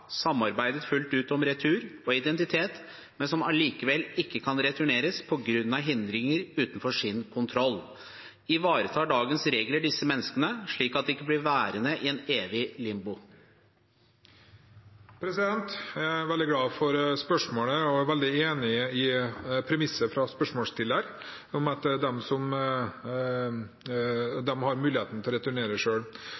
samarbeidet fullt ut om retur og identitet, men som likevel ikke kan returneres på grunn av hindringer utenfor deres kontroll. Ivaretar dagens regler disse menneskene slik at ikke de blir værende i et evig limbo? Jeg er veldig glad for spørsmålet og er veldig enig i premisset fra spørsmålsstiller om at